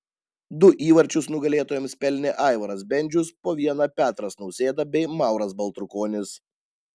du įvarčius nugalėtojams pelnė aivaras bendžius po vieną petras nausėda bei mauras baltrukonis